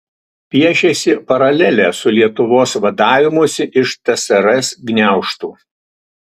piešiasi paralelė su lietuvos vadavimusi iš tsrs gniaužtų